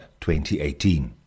2018